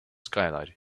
skylight